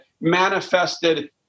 manifested